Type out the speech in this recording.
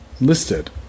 listed